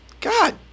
God